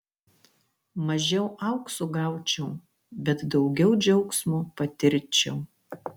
mažiau aukso gaučiau bet daugiau džiaugsmo patirčiau